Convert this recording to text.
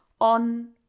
on